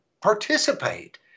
participate